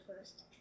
first